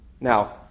Now